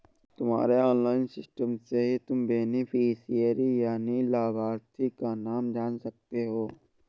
तुम्हारे online system से ही तुम बेनिफिशियरी यानि लाभार्थी का नाम जान सकते हो